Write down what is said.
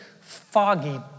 foggy